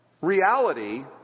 reality